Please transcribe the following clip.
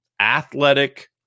athletic